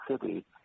city